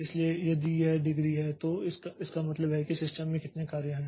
इसलिए यदि यह डिग्री है तो इसका मतलब है कि सिस्टम में कितने कार्य हैं